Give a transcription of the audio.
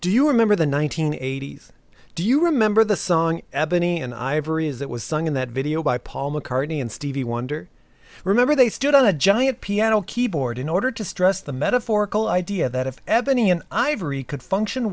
do you remember the one nine hundred eighty s do you remember the song ebony and ivory is that was sung in that video by paul mccartney and stevie wonder remember they stood on a giant piano keyboard in order to stress the metaphorical idea that if ebony and ivory could function